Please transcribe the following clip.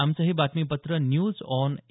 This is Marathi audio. आमचं हे बातमीपत्र न्यूज ऑन ए